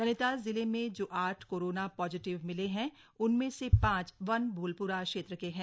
नैनीताल जिले में जो आठ कोरोना पॉजीटिव मिले हैं उनमें से पांच बनभूलप्रा क्षेत्र के हैं